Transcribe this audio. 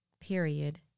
period